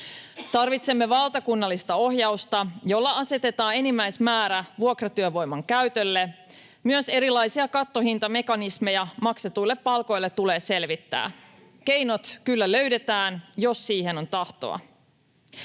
Tarvitsemme valtakunnallista ohjausta, jolla asetetaan enimmäismäärä vuokratyövoiman käytölle. Myös erilaisia kattohintamekanismeja maksetuille palkoille tulee selvittää. Keinot kyllä löydetään, jos siihen on tahtoa.